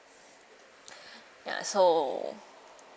ya so